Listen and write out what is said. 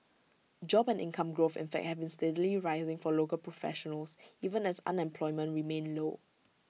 job and income growth and fact have been steadily rising for local professionals even as unemployment remained low